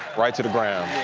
white to the brown.